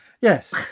yes